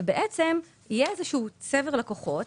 יהיה איזשהו צבר לקוחות,